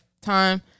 time